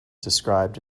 described